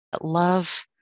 love